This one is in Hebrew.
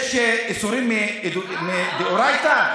יש איסורים מדאורייתא?